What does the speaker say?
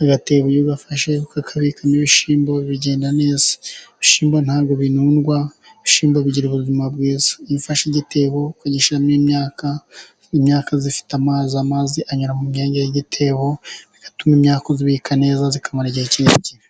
,agatebo iyo ugafashe ukabikamo ibishyimbo bigenda neza ibishyimbo ntabwo binundwa, ibishyimbo bigira ubuzima bwiza .Iyo ufashe igitebo ukagishyiramo imyaka, imyaka ifite amazi ,amazi anyura mu myenge y'igitebo ,bigatuma imyaka uyibika neza ikamara igihe kirekire.